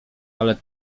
ale